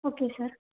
okay sir